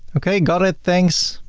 okay. got it. thanks.